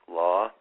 law